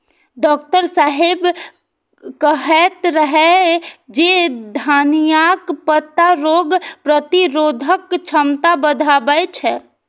doctor साहेब कहैत रहै जे धनियाक पत्ता रोग प्रतिरोधक क्षमता बढ़बै छै